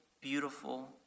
beautiful